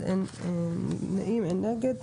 מי נגד?